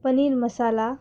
paneer masala